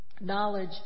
knowledge